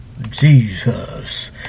Jesus